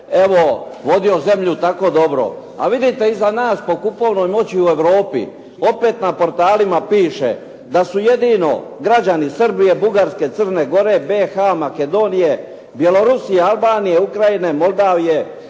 evo vodio zemlju tako dobro. A vidite iza nas po kupovnoj moći u Europi opet na portalima piše da su jedino građani Srbije, Bugarske, Crne Gore, BIH, Makedonije, Bjelorusije, Albanije, Ukrajine, Moldavije,